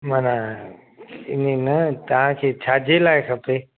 माना ईअं न तव्हांखे छाजे लाइ खपे